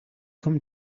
come